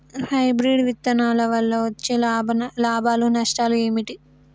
Hybrid విత్తనాల వల్ల వచ్చే లాభాలు నష్టాలు ఏమిటి?